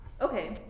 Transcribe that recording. okay